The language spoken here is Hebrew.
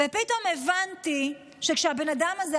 ופתאום הבנתי שכשהבן אדם הזה,